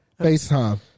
FaceTime